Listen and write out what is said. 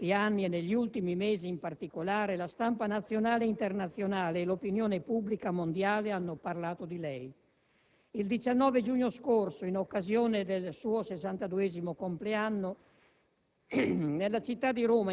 In diverse occasioni in questi anni, e negli ultimi mesi in particolare, la stampa nazionale e internazionale e l'opinione pubblica mondiale hanno parlato di lei. Il 19 giugno scorso, in occasione del suo sessantaduesimo compleanno,